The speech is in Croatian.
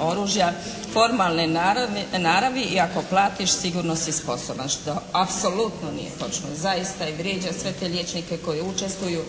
oružja formalne naravi i ako platiš sigurno si sposoban što apsolutno nije točno. Zaista i vrijeđa sve te liječnike koji učestvuju